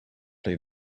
play